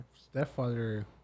stepfather